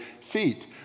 feet